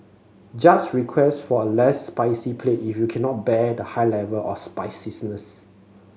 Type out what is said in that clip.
just request for a less spicy plate if you cannot bear the high level of spiciness